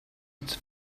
its